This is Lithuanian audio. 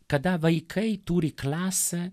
kada vaikai turi klasę